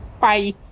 bye